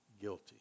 guilty